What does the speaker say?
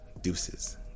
Deuces